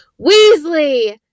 Weasley